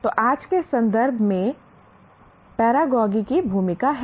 तो आज के संदर्भ में भी पैरागॉजी की भूमिका है